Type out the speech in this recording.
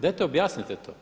Dajte objasnite to?